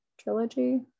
trilogy